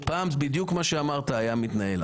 פעם בדיוק מה שאמרת היה מתנהל.